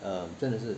err 真的是